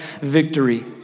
victory